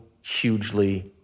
hugely